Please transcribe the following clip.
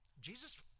Jesus